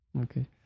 Okay